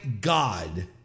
God